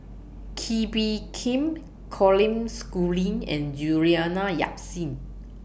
Kee Bee Khim Colin Schooling and Juliana Yasin